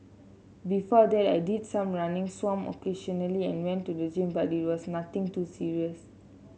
before that I did some running swam occasionally and went to the gym but it was nothing too serious